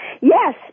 Yes